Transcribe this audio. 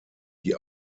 die